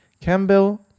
Campbell